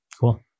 Cool